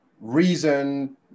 reason